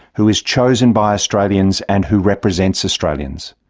who is chosen by australians and who represents australians.